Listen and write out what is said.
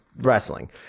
wrestling